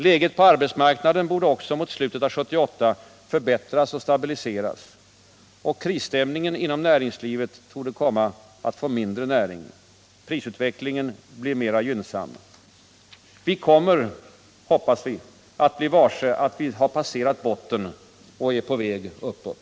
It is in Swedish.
Läget på arbetsmarknaden borde mot slutet av 1978 förbättras och stabiliseras. Krisstämningen inom näringslivet torde komma att minska. Prisutvecklingen blir mera gynnsam. Vi kommer att bli varse att vi passerat botten och är på väg uppåt.